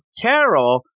Carol